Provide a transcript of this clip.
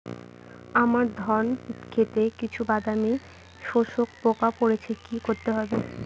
আমার ধন খেতে কিছু বাদামী শোষক পোকা পড়েছে কি করতে হবে?